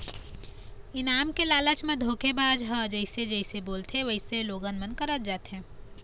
इनाम के लालच म धोखेबाज ह जइसे जइसे बोलथे वइसने लोगन मन करत जाथे